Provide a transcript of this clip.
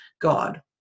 god